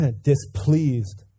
displeased